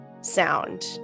sound